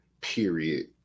period